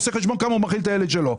עושה חשבון כמה הוא מאכיל את הילד שלו.